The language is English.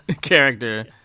character